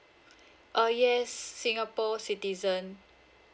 uh yes singapore citizen